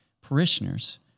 parishioners